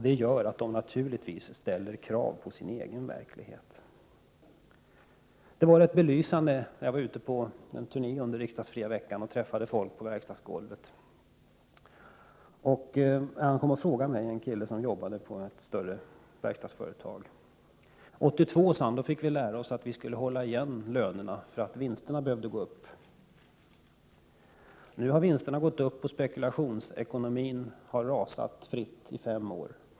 Detta gör att de naturligtvis ställer krav på sin egen verklighet. Jag var på en turné under den riksdagsfria veckan och träffade folk på verkstadsgolvet. En kille som jobbar på ett stort verkstadsföretag berättade följande. 1980 fick vi lära oss att vi skulle hålla igen lönerna därför att vinsterna behövde gå upp. Nu har vinsterna gått upp. Spekulationsekonomin har rasat fritt i fem år.